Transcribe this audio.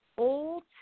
Old